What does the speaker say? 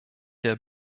der